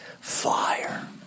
fire